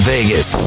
Vegas